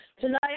Tonight